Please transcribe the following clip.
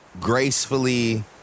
gracefully